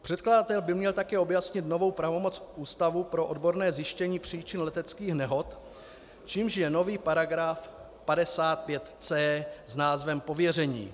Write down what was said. Předkladatel by měl také objasnit novou pravomoc Ústavu pro odborné zjišťování příčin leteckých nehod, čímž je nový § 55c s názvem Pověření.